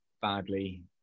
Badly